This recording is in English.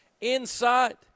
inside